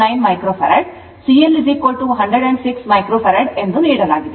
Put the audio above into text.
89 micro farad C L 106 micro farad ಎಂದು ನೀಡಲಾಗಿದೆ